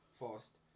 fast